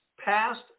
past